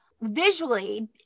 visually